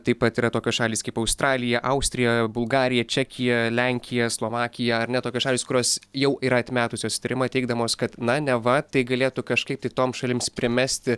taip pat yra tokios šalys kaip australija austrija bulgarija čekija lenkija slovakija ar ne tokios šalys kurios jau yra atmetusios susitarimą teigdamos kad na neva tai galėtų kažkaip tai toms šalims primesti